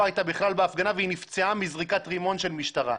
לא הייתה בהפגנה והיא נפצעה מזריקת רימון של משטרה.